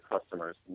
customers